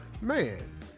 man